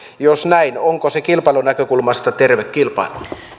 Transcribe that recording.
jos näin onko se kilpailunäkökulmasta tervettä kilpailua